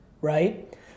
right